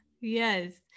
Yes